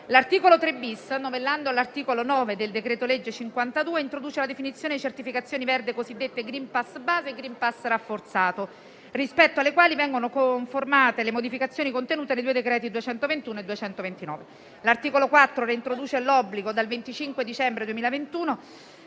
L'articolo 3-*bis*, novellando l'articolo 9 del decreto-legge n. 52, introduce la definizione delle certificazioni verdi cosiddette *green pass* base e *green pass* rafforzato, rispetto alle quali vengono conformate le modificazioni contenute nei due decreti-legge nn. 221 e 229. L'articolo 4 reintroduce l'obbligo dal 25 dicembre 2021,